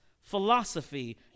philosophy